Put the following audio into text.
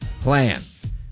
plans